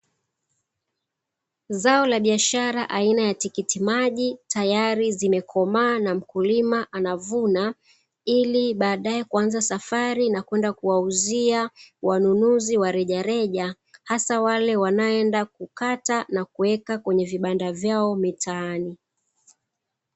Zao la biashara aina ya tikitimaji, tayari zimekomaa na mkulima anavuna ili baadae kuanza safari na kwenda kuwauzia wanunuzi wa rejareja hasa wale wanaoenda kukata na kuweka kwenye vibanda vyao mitaani.